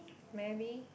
maybe